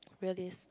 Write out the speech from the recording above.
realist